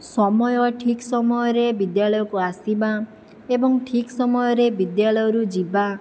ସମୟ ଠିକ୍ ସମୟରେ ବିଦ୍ୟାଳୟକୁ ଆସିବା ଏବଂ ଠିକ୍ ସମୟରେ ବିଦ୍ୟାଳୟରୁ ଯିବା